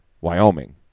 Wyoming